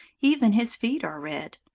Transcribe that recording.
even his feet are red,